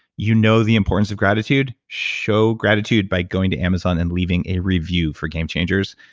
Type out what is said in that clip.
you know the importance of gratitude. show gratitude by going to amazon and leaving a review for game changers.